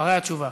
אחרי התשובה.